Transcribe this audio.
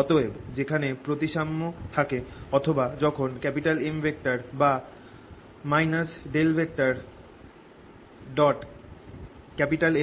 অতএব যেখানে প্রতিসাম্য থাকে অথবা যখন M বা